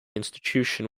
institution